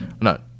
no